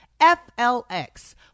FLX